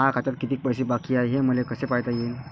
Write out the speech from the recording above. माया खात्यात कितीक पैसे बाकी हाय हे मले कस पायता येईन?